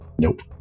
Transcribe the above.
Nope